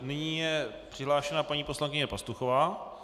Nyní je přihlášena paní poslankyně Pastuchová.